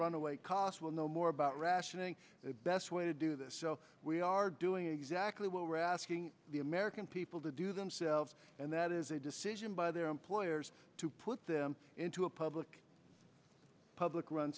runaway costs we'll know more about rationing the best way to do this so we are doing exactly what we're asking the american people to do themselves and that is a decision by their employers to put them into a public public run